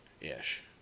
Ish